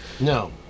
No